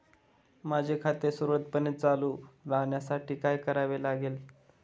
माझे खाते सुरळीतपणे चालू राहण्यासाठी काय करावे लागेल?